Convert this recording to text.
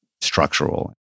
structural